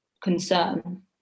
concern